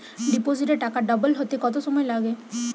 ডিপোজিটে টাকা ডবল হতে কত সময় লাগে?